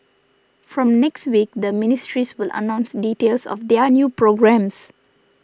from next week the ministries will announce details of their new programmes